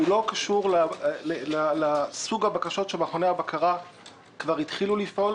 קשור לסוג הבקשות של מכוני הבקרה שכבר התחילו לפעול,